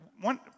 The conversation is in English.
one